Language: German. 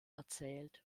erzählt